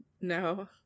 No